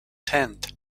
tent